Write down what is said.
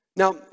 Now